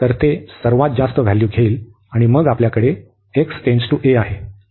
तर ते सर्वात जास्त व्हॅल्यू घेईल आणि मग आपल्याकडे x → a आहे